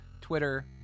Twitter